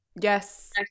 Yes